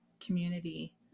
community